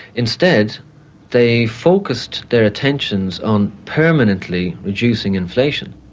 instead they focused their attentions on permanently reducing inflation.